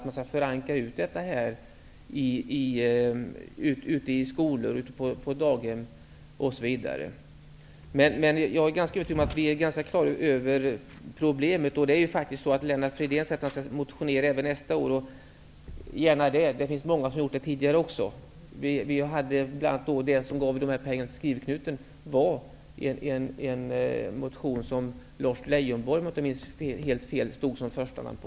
Man skall förankra detta ute i skolor och på daghem. Men jag är nästan övertygad om att vi är på det klara med problemet. Lennart Fridén säger att han skall motionera även nästa år. Gärna det. Det finns många som har gjort det tidigare också. Det som gav pengar till Skrivknuten var en motion som Lars Leijonborg, om jag inte minns helt fel, stod som första namn på.